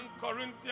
Corinthians